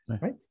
right